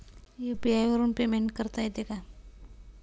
UPI वरून payment करता येते का?